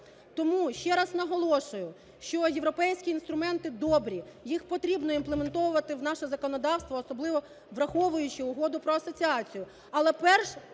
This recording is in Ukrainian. Тому ще раз наголошую, що європейські інструменти добрі, їх потрібноімплементовувати в наше законодавство, особливо враховуючи Угоду про асоціацію.